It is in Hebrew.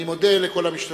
אני מודה לכל המשתתפים.